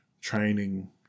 training